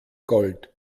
gold